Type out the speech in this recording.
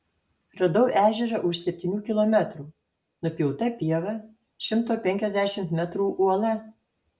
radau ežerą už septynių kilometrų nupjauta pieva šimto penkiasdešimt metrų uola